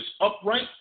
upright